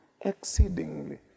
exceedingly